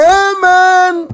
amen